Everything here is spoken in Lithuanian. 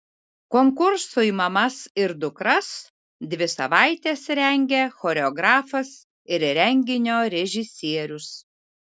konkursui mamas ir dukras dvi savaites rengė choreografas ir renginio režisierius